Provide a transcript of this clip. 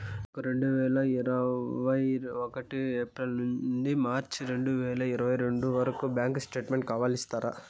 నాకు రెండు వేల ఇరవై ఒకటి ఏప్రిల్ నుండి మార్చ్ రెండు వేల ఇరవై రెండు వరకు బ్యాంకు స్టేట్మెంట్ కావాలి ఇస్తారా